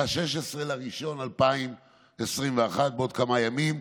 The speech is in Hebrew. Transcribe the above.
ב-16 בינואר 2021, בעוד כמה ימים.